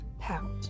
pout